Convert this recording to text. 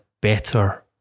better